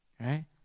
right